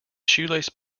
shoelace